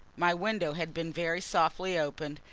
my window had been very softly opened,